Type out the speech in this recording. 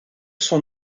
son